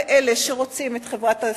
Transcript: לאלה שרוצים את חברת הסיעוד,